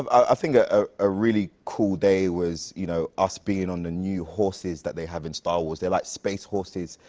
um ah think ah ah a really cool day was, you know, us being on the new horses that they have in star wars. they're, like space horses,